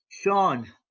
Sean